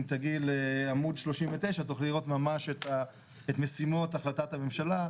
אם תגיעי לעמוד 39 תוכלי לראות ממש את משימות החלטת הממשלה.